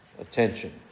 attention